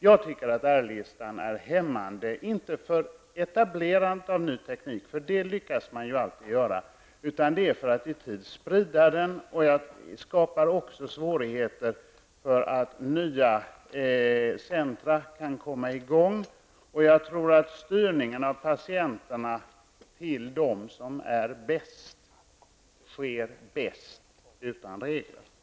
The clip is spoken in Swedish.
Jag tycker att R-listan är hämmande, inte för etablerandet av ny teknik, för det lyckas man alltid med, utan för att i tid sprida den nya tekniken. Listan skapar också svårigheter för nya centra att komma i gång. Jag tror att styrningen av patienterna till dem som är bäst sker bäst utan regler.